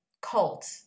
cult